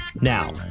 Now